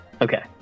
Okay